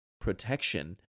protection